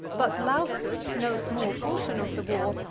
but lausus, no small portion of the war,